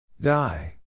Die